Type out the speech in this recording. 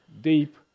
deep